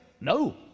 no